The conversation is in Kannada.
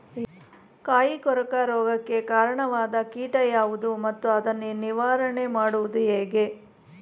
ಕಾಯಿ ಕೊರಕ ರೋಗಕ್ಕೆ ಕಾರಣವಾದ ಕೀಟ ಯಾವುದು ಮತ್ತು ಅದನ್ನು ನಿವಾರಣೆ ಮಾಡುವುದು ಹೇಗೆ?